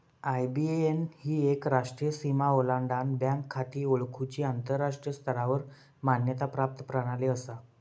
IBAN ही एक राष्ट्रीय सीमा ओलांडान बँक खाती ओळखुची आंतराष्ट्रीय स्तरावर मान्यता प्राप्त प्रणाली असा